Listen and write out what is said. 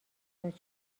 ازاد